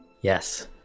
Yes